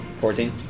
fourteen